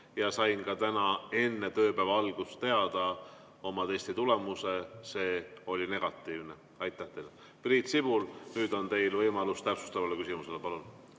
ja sain täna enne tööpäeva algust teada oma testi tulemuse, see oli negatiivne. Aitäh teile! Priit Sibul, nüüd on teil võimalus täpsustavaks küsimuseks. Palun!